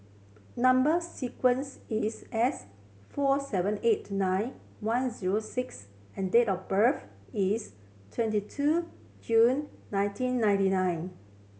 number sequence is S four seven eight nine one zero six and date of birth is twenty two June nineteen ninety nine